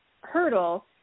hurdle